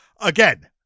Again